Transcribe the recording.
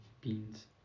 beans